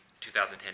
2010